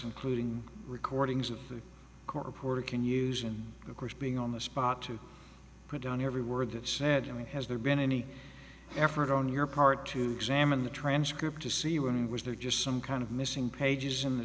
including recordings of food court reporter can use and of course being on the spot to put down every word that said i mean has there been any effort on your part to sam in the transcript to see when he was there just some kind of missing pages in the